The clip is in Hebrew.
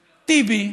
טיבי,